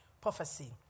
prophecy